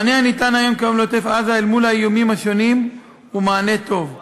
המענה הניתן היום לעוטף-עזה אל מול האיומים הוא מענה טוב,